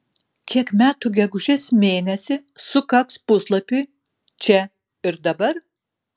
kiek metų gegužės mėnesį sukaks puslapiui čia ir dabar